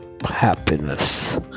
happiness